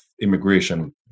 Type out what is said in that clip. immigration